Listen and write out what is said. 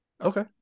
Okay